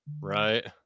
right